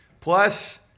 Plus